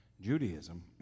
Judaism